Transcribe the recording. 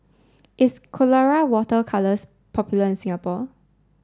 is Colora water colours popular in Singapore